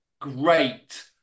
great